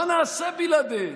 מה נעשה בלעדיהם?